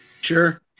Sure